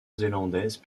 zélandaise